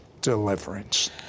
deliverance